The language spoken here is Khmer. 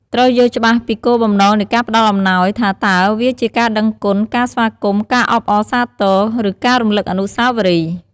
ត្រូវយល់ច្បាស់ពីគោលបំណងនៃការផ្តល់អំណោយ ថាតើវាជាការដឹងគុណ ការស្វាគមន៍ ការអបអរសាទរ ឬការរំលឹកអនុស្សាវរីយ៍។